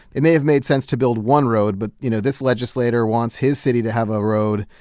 it may have made sense to build one road. but, you know, this legislator wants his city to have a road,